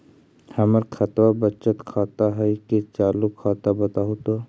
हमर खतबा बचत खाता हइ कि चालु खाता, बताहु तो?